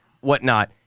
whatnot